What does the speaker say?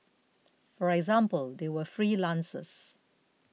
for example they are freelancers